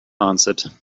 answered